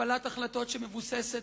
קבלת החלטות שמבוססת,